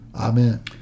Amen